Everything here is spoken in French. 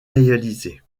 réalisée